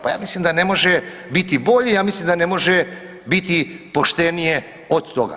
Pa ja mislim da ne može biti bolje, ja mislim da ne može biti poštenije od toga.